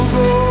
go